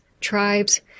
tribes